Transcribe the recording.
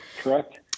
Correct